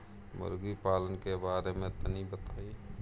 मुर्गी पालन के बारे में तनी बताई?